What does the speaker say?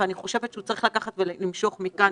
ואני חושבת שהוא צריך לקחת ולמשוך מכאן.